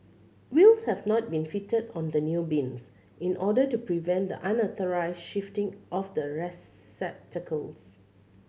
wheels have not been fitted on the new bins in order to prevent the unauthorised shifting of the receptacles